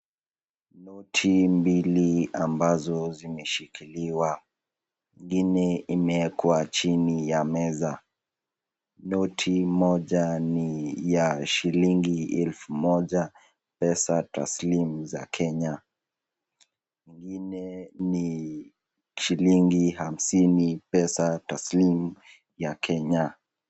Noti mbili ambazo zimeshikiliwa. Ingine imewekwa kwa chini ya meza. Noti moja ni ya shilingi elfu moja, pesa taslimu za Kenya. Ingine ni shilingi hamsini pesa taslimu ya Kenya.